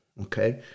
okay